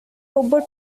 robot